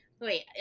wait